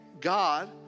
God